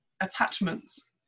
attachments